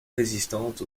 résistante